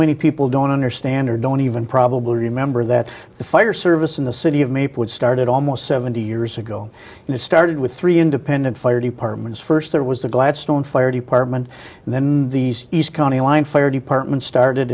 my people don't understand or don't even probably remember that the fire service in the city of maplewood started almost seventy years ago and it started with three independent fire departments first there was the gladstone fire department and then these these county line fire department started